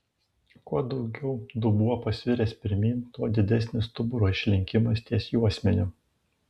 kuo daugiau dubuo pasviręs pirmyn tuo didesnis stuburo išlinkimas ties juosmeniu